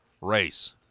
race